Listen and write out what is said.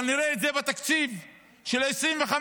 אבל נראה את זה בתקציב של 2025,